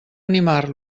animar